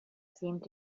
seemed